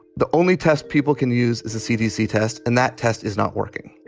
the only test people can use is the cdc test and that test is not working.